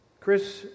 Chris